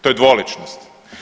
To je dvoličnost.